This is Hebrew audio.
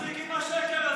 תפסיק עם השקר הזה.